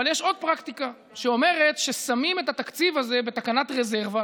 אבל יש עוד פרקטיקה שאומרת ששמים את התקציב הזה בתקנת רזרבה,